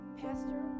Pastor